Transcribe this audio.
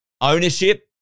ownership